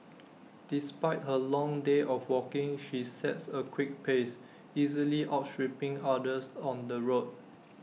despite her long day of walking she sets A quick pace easily outstripping others on the road